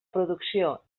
producció